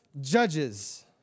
judges